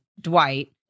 Dwight